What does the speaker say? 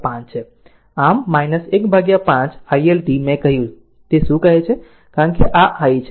આમ 15 i L t મેં કહ્યું કે તે શું કહે છે કારણ કે i છે